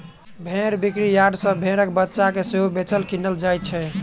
भेंड़ बिक्री यार्ड सॅ भेंड़क बच्चा के सेहो बेचल, किनल जाइत छै